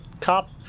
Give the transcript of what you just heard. Cop